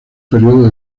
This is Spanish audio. período